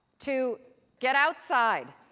to get outside,